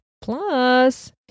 Plus